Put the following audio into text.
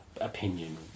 opinion